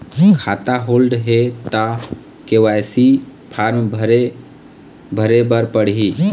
खाता होल्ड हे ता के.वाई.सी फार्म भरे भरे बर पड़ही?